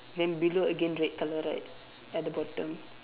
then below again red colour right at the bottom